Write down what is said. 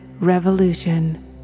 revolution